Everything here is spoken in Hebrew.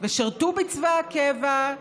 ושירתו בצבא הקבע,